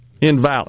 invalid